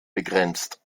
begrenzt